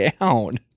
down